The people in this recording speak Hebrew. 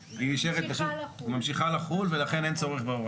שאחרי תקופה מסוימת שהגוף שהפר